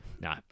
No